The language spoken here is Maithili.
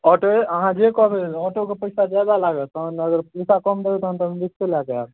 ऑटोए अहाँ जे कहबै ओहिमे ऑटोके पइसा ज्यादा लागत तहन अगर पइसा कम देबै तहन तऽ हम रिक्शे लऽ कऽ आएब